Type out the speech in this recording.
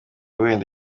wenda